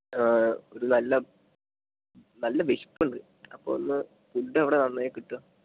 ഒരു നല്ല നല്ല വിശപ്പ് ഉണ്ട് അപ്പോൾ ഒന്ന് ഫുഡ് എവിടെ വന്നു കഴിഞ്ഞാൽ കിട്ടുക